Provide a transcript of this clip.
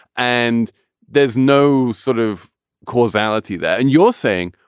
and there's no sort of causality there. and you're saying,